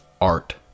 art